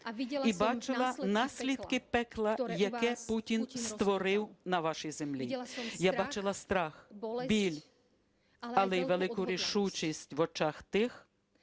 і бачила наслідки пекла, яке Путін створив на вашій землі. Я бачила страх, біль, але й велику рішучість в очах тих,